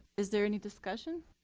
is there any discussion?